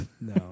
No